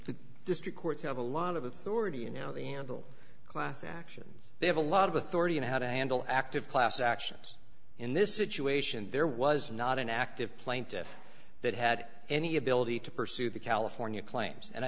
the district courts have a lot of authority in how they handle class actions they have a lot of authority in how to handle active class actions in this situation there was not an active plaintiff that had any ability to pursue the california claims and i